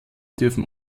dürfen